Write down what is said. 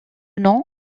nom